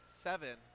seven